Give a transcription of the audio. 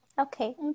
Okay